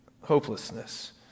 hopelessness